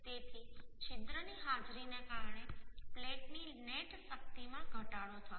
તેથી છિદ્રની હાજરીને કારણે પ્લેટની નેટ શક્તિમાં ઘટાડો થશે